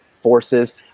Forces